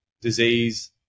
disease